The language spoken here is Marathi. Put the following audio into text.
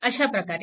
अशा प्रकारे